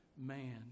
man